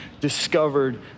discovered